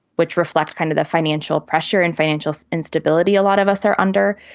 which reflect kind of the financial pressure and financial instability a lot of us are under.